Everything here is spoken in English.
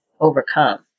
overcome